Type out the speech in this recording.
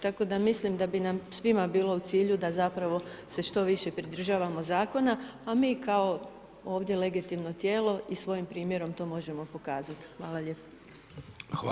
Tako da mislim da bi nam svima bilo u cilju da zapravo se što više pridržavamo zakona, a mi kao ovdje legitimno tijelo i svojim primjerom to možemo pokazat.